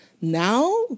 Now